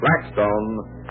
Blackstone